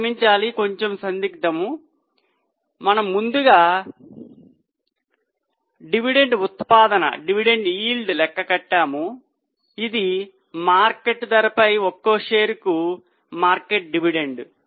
క్షమించాలి కొంచెం సందిగ్ధం ముందుగా మనము డివిడెండ్ ఉత్పాదన లెక్క కట్టాము ఇది మార్కెట్ ధరపై ఒక్కో షేరుకు మార్కెట్ డివిడెండ్